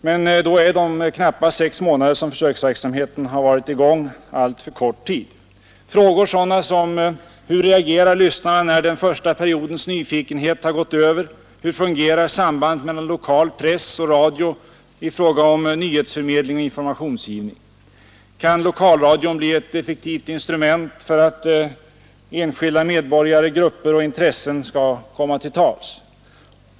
Men då är de knappa sex månader som försöksverksamheten kommer att vara i gång alltför kort tid. Bl. a. följande frågor behöver belysas: Hur reagerar lyssnarna när den första periodens nyfikenhet har gått över? Hur fungerar sambandet mellan lokal press och radio i fråga om nyhetsförmedling och informationsgivning? Kan lokalradion bli ett effektivt instrument för att enskilda medborgare, grupper och intressen skall komma till tals?